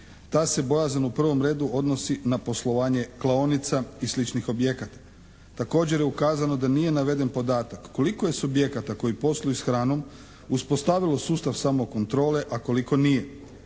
Ta se bojazan u prvom redu odnosi na poslovanje klaonica i sličnih objekata. Također je ukazano da nije naveden podatak koliko je subjekata koji posluju s hranom uspostavilo sustav samokontrole, a koliko nije.